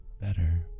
better